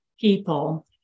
people